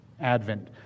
Advent